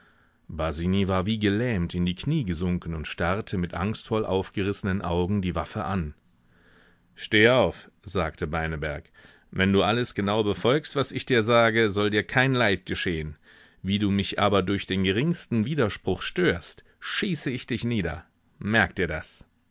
war wie gelähmt in die knie gesunken und starrte mit angstvoll aufgerissenen augen die waffe an steh auf sagte beineberg wenn du alles genau befolgst was ich dir sage soll dir kein leid geschehen wie du mich aber durch den geringsten widerspruch störst schieße ich dich nieder merk dir das